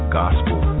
gospel